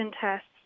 tests